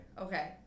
Okay